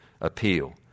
appeal